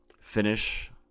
Finish